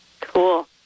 Cool